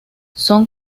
son